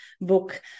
book